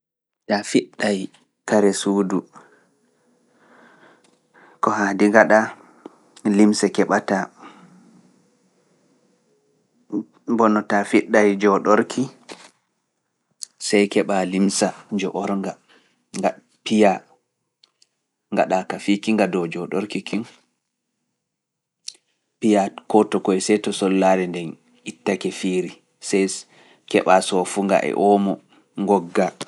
Ta fiɗtay kare suudu, ko haadi ngaɗa limse keɓataa, mbono ta fiɗtay jooɗorki, sey keɓa limsa njoornga, nga piya ngaɗa ka fiki nga dow jooɗor kikin. Piya kooto koye seto sollaare nden ittake fiiri. Sees keɓa soo fu nga e omo. Ngogga.